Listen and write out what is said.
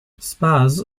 spas